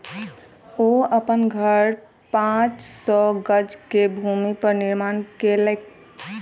ओ अपन घर पांच सौ गज के भूमि पर निर्माण केलैन